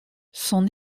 son